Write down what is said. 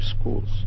schools